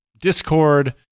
Discord